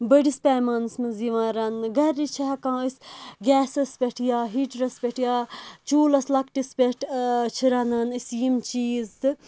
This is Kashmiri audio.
بٔڑِس پَیمانَس منٛز یِوان رَننہٕ گَرِ چھ ہیٚکان أسۍ گیسَس پٮ۪ٹھ یا ہیٹرَس پٮ۪ٹھ یا چُولَس لَکٹِس پٮ۪ٹھ چھ رَنان أسۍ یِم چیز تہٕ